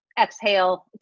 exhale